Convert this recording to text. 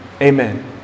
Amen